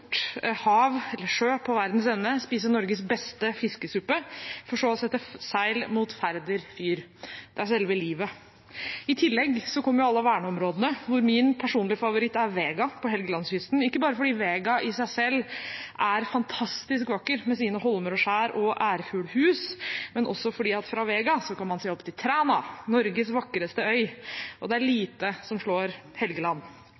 Norges beste fiskesuppe for så å sette seil mot Færder fyr. Det er selve livet. I tillegg kommer alle verneområdene, hvor min personlige favoritt er Vega på Helgelandskysten. Ikke bare fordi Vega i seg selv er fantastisk vakker med sine holmer og skjær og ærfuglhus, men også fordi man fra Vega kan se til Træna, Norges vakreste øy. Det er lite som slår Helgeland.